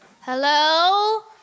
hello